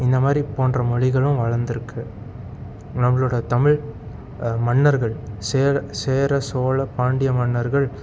இந்த மாதிரி போன்ற மொழிகளும் வளர்ந்துருக்கு நம்மளோட தமிழ் மன்னர்கள் சேர சேர சோழ பாண்டிய மன்னர்கள்